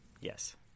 Yes